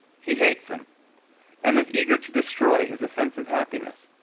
he hates him and is eager to destroy his offensive happiness.